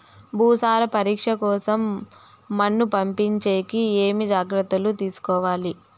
భూసార పరీక్ష కోసం మన్ను పంపించేకి ఏమి జాగ్రత్తలు తీసుకోవాలి?